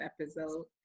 episode